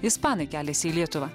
ispanai keliasi į lietuvą